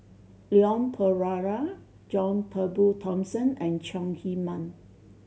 Leon Perera John Turnbull Thomson and Chong Heman